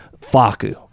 Faku